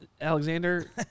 Alexander